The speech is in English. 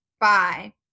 Bye